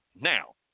Now